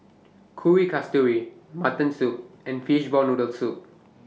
Kuih Kasturi Mutton Soup and Fishball Noodle Soup